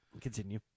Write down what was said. Continue